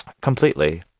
Completely